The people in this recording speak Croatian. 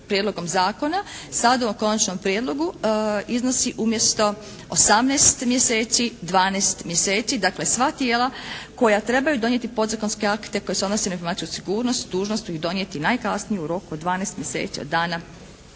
prijedlogom zakona sada u ovom konačnom prijedlogu iznosi umjesto 18 mjeseci 12 mjeseci. Dakle, sva tijela koja trebaju donijeti podzakonske akte koji se odnose na informacijsku sigurnost dužna su ih donijeti najkasnije u roku od dvanaest mjeseci od dana